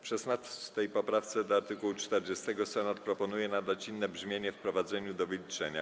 W 16. poprawce do art. 40 Senat proponuje nadać inne brzmienie wprowadzeniu do wyliczenia.